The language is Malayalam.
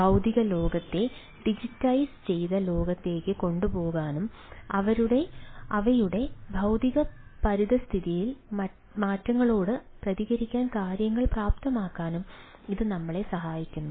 ഭൌതിക ലോകത്തെ ഡിജിറ്റൈസ് ചെയ്ത ലോകത്തേക്ക് കൊണ്ടുപോകാനും അവരുടെ ഭൌതിക പരിതസ്ഥിതിയിൽ മാറ്റങ്ങളോട് പ്രതികരിക്കാൻ കാര്യങ്ങൾ പ്രാപ്തമാക്കാനും ഇത് നമ്മളെ സഹായിക്കുന്നു